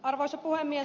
arvoisa puhemies